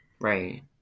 right